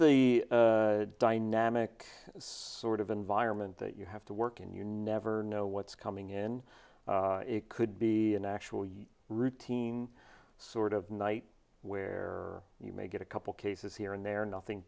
the dynamic sort of environment that you have to work in you never know what's coming in it could be an actually routine sort of night where you may get a couple cases here and there nothing